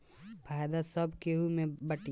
फायदा सब केहू मे बटाई